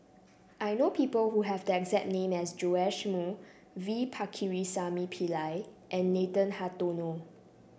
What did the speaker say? I know people who have the exact name as Joash Moo V Pakirisamy Pillai and Nathan Hartono